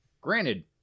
Granted